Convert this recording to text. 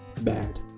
bad